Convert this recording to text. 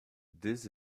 this